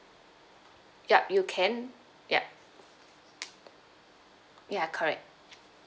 ya you can ya ya correct